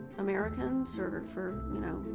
americans or for, you know,